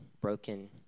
broken